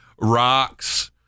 Rocks